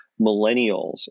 millennials